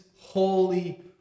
holy